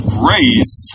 grace